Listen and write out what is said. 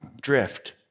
drift